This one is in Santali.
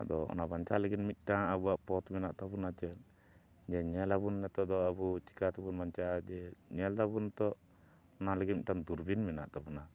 ᱟᱫᱚ ᱚᱱᱟ ᱵᱟᱧᱪᱟᱣ ᱞᱟᱹᱜᱤᱫ ᱢᱤᱫᱴᱟᱝ ᱟᱵᱚᱣᱟᱜ ᱯᱚᱛ ᱢᱮᱱᱟᱜ ᱛᱟᱵᱚᱱᱟ ᱪᱮᱫ ᱡᱮ ᱧᱮᱞ ᱟᱵᱚᱱ ᱱᱤᱛᱚᱜ ᱫᱚ ᱟᱵᱚ ᱪᱤᱠᱟᱹ ᱛᱮᱵᱚᱱ ᱵᱟᱧᱪᱟᱜᱼᱟ ᱡᱮ ᱧᱮᱞ ᱫᱟᱵᱚᱱ ᱱᱤᱛᱚᱜ ᱚᱱᱟ ᱞᱟᱹᱜᱤᱫ ᱢᱤᱫᱴᱟᱝ ᱫᱩᱨᱵᱤᱱ ᱢᱮᱱᱟᱜ ᱛᱟᱵᱚᱱᱟ